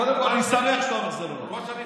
קודם כול, אני שמח שאתה אומר שזה לא נכון.